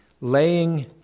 laying